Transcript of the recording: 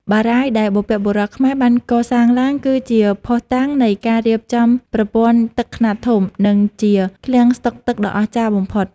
បារាយណ៍ដែលបុព្វបុរសខ្មែរបានកសាងឡើងគឺជាភស្តុតាងនៃការរៀបចំប្រព័ន្ធទឹកខ្នាតធំ និងជាឃ្លាំងស្តុកទឹកដ៏អស្ចារ្យបំផុត។